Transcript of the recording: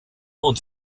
und